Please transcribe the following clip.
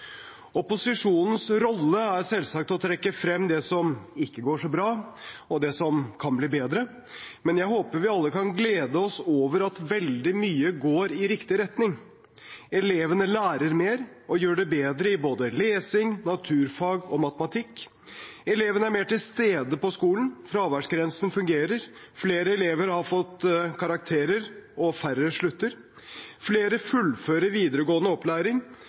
Opposisjonens rolle er selvsagt å trekke frem det som ikke går så bra, og det som kan bli bedre. Men jeg håper vi alle kan glede oss over at veldig mye går i riktig retning. Elevene lærer mer og gjør det bedre i både lesing, naturfag og matematikk. Elevene er mer til stede på skolen. Fraværsgrensen fungerer, flere elever har fått karakterer, og færre slutter. Flere fullfører videregående opplæring,